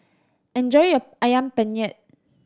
enjoy your Ayam Penyet